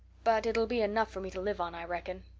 but it'll be enough for me to live on i reckon.